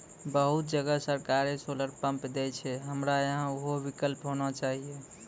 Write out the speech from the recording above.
बहुत जगह सरकारे सोलर पम्प देय छैय, हमरा यहाँ उहो विकल्प होना चाहिए?